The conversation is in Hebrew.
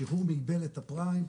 שחרור מגבלת הפריים,